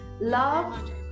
Love